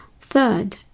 Third